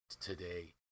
today